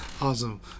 awesome